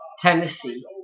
Tennessee